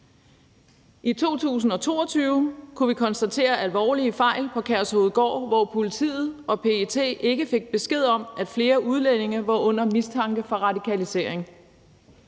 I 2022 kunne vi konstatere alvorlige fejl på Kærshovedgård, hvor politiet og PET ikke fik besked om, at flere udlændinge var under mistanke for radikalisering.